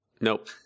nope